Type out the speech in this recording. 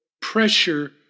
pressure